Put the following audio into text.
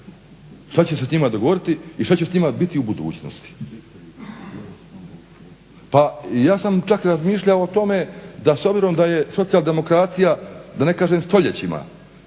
što će se s njima dogoditi i što će s njima biti u budućnosti. Pa ja sam čak razmišljao o tome da s obzirom da je socijaldemokracija da ne kažem stoljećima